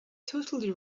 totally